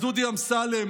אז דודי אמסלם?